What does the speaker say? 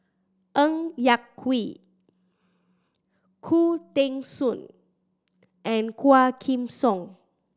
Ng Yak Whee Khoo Teng Soon and Quah Kim Song